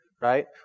Right